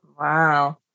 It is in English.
Wow